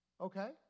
okay